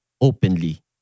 openly